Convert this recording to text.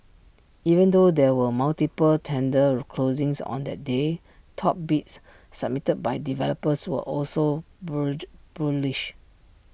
even though there were multiple tender closings on that day top bids submitted by developers were also bullish